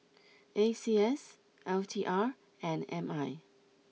A C S L T R and M I